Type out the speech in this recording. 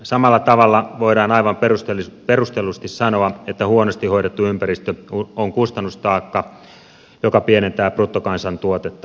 samalla tavalla voidaan aivan perustellusti sanoa että huonosti hoidettu ympäristö on kustannustaakka joka pienentää bruttokansantuotetta